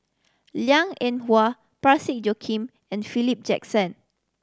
Liang Eng Hwa Parsick Joaquim and Philip Jackson